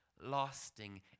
Lasting